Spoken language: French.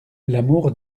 l’amour